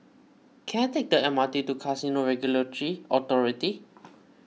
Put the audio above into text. can I take the M R T to Casino Regulatory Authority